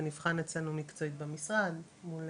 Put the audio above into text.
זה נבחן אצלנו מקצועית במשרד מול